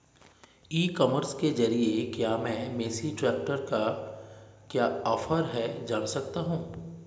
ई commerce के ज़रिए क्या मैं मेसी ट्रैक्टर का क्या ऑफर है जान सकता हूँ?